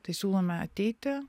tai siūlome ateiti